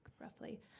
roughly